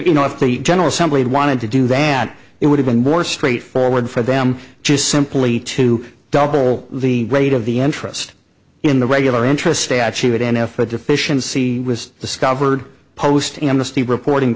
you know if the general assembly had wanted to do that it would have been more straightforward for them just simply to double the rate of the interest in the regular interest statute n f l deficiency was discovered post amnesty reporting